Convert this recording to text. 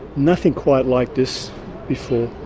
nothing quite like this before.